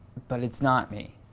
but, it's not me.